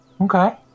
Okay